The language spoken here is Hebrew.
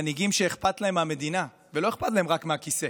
מנהיגים שאכפת להם מהמדינה ולא אכפת להם רק מהכיסא,